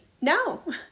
No